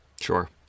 Sure